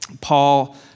Paul